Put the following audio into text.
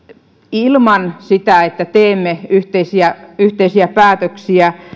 ilman sitä että teemme yhteisiä yhteisiä päätöksiä